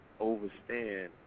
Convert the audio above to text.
overstand